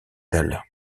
dalle